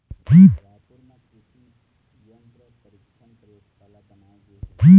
रायपुर म कृसि यंत्र परीक्छन परयोगसाला बनाए गे हे